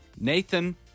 Nathan